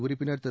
உறுப்பினர் திரு